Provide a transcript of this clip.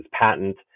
patent